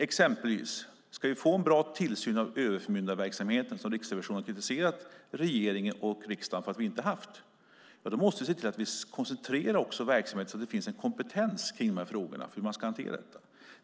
Exempelvis: Ska vi få en bra tillsyn av överförmyndarverksamheten, vilket Riksrevisionen har kritiserat regeringen och riksdagen för att vi inte haft, måste vi se till att vi koncentrerar verksamhet, så att det finns en kompetens kring hur man ska hantera dessa frågor.